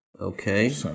Okay